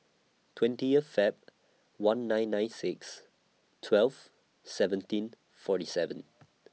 twentieth Feb one nine nine six twelve seventeen forty seven